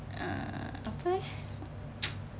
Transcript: uh apa eh